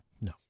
No